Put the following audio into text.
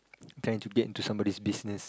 trying to get into somebody's business